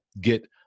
get